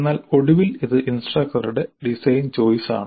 എന്നാൽ ഒടുവിൽ ഇത് ഇൻസ്ട്രക്ടറുടെ ഡിസൈൻ ചോയിസാണ്